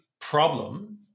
problem